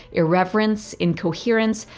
irreverence, incoherence,